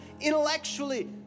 intellectually